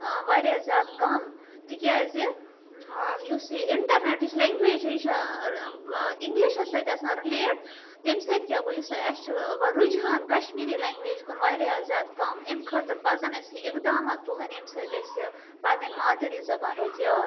واریاہ زیادٕ کَم تِکیٛازِ یُس یہِ اِنٹرنیٮ۪ٹٕچ لینٛگویج چھِ یہِ چھِ اِنٛگلِشَس سۭتۍ آسان رِلیٹ تمہِ سۭتۍ کیٛاہ گوٚو یُس اَسہِ چھُ رُجہان کَشمیٖری لینٛگویج کُن واریاہ زیادٕ کَم امہِ خٲطرٕ پَزَن اَسہِ کینٛہہ اِقدامات تُلٕنۍ ییٚمہِ سۭتۍ اَسہِ پَنٕنۍ مادری زبان روزِ یاد